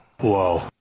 Whoa